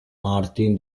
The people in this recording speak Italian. martin